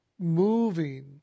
moving